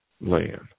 land